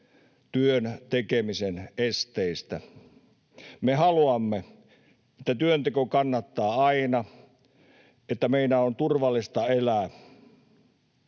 työn tekemisen esteistä. Me haluamme, että työnteko kannattaa aina, että meidän on turvallista elää.